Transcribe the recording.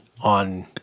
on